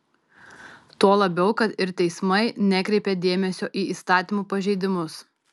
tuo labiau kad ir teismai nekreipia dėmesio į įstatymų pažeidimus